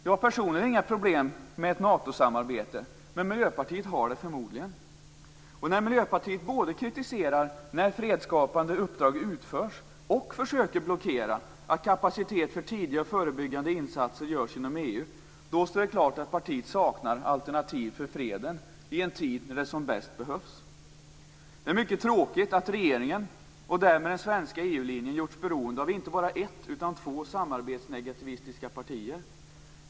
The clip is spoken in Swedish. Jag personligen har inga problem med ett Natosamarbete, men Miljöpartiet har förmodligen det. När Miljöpartiet både kritiserar när fredsskapande uppdrag utförs och försöker blockera kapacitet när det gäller att tidiga och förebyggande insatser görs inom EU står det klart att partiet saknar alternativ för freden i en tid när de som bäst behövs. Det är mycket tråkigt att regeringen, och därmed den svenska EU-linjen, har gjort sig beroende av inte bara ett utan två samarbetsnegativistiska partier.